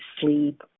sleep